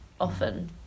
often